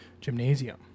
gymnasium